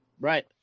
Right